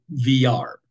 VR